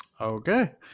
Okay